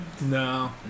No